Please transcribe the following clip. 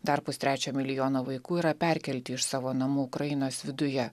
dar pustrečio milijono vaikų yra perkelti iš savo namų ukrainos viduje